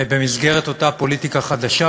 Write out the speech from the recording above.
במסגרת אותה פוליטיקה חדשה,